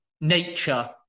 nature